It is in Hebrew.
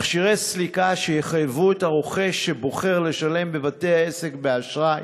מכשירי סליקה שיחייבו את הרוכש שבוחר לשלם בבתי העסק באשראי